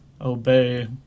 obey